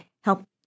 help